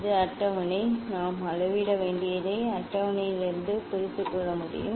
இது அட்டவணை நாம் அளவிட வேண்டியதை அட்டவணையில் இருந்து புரிந்து கொள்ள முடியும்